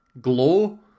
glow